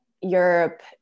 europe